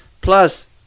plus